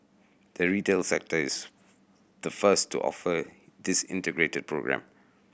the retail sector is the first to offer this integrated programme